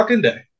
day